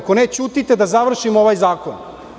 Ako ne, ćutite da završimo ovaj zakon.